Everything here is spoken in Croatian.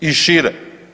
I šire.